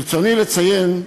ברצוני לציין,